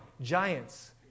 giants